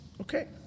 Okay